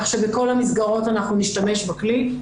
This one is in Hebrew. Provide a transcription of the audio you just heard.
כך שבכל המסגרות אנחנו נשתמש בכלי.